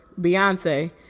Beyonce